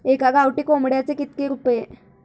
एका गावठी कोंबड्याचे कितके रुपये?